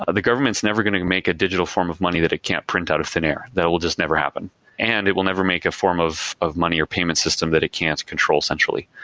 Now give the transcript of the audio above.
ah the government is never going to make a digital form of money that they can't print out of thin air. that will just never happen and it will never make a form of of money or payment system that it can't control centrally.